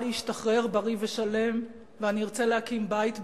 להשתחרר בריא ושלם ואני ארצה להקים בית בישראל,